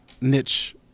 niche